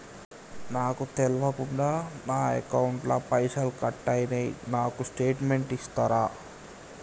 నాకు తెల్వకుండా నా అకౌంట్ ల పైసల్ కట్ అయినై నాకు స్టేటుమెంట్ ఇస్తరా?